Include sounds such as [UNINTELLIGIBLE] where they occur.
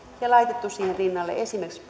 ja olisi laitettu siihen rinnalle esimerkiksi [UNINTELLIGIBLE]